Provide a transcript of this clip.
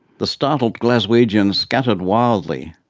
the startled glaswegians scattered wildly,